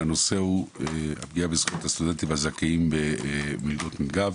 הנושא הוא פגיעה בזכויות הסטודנטים הזכאים במלגות "מילגו".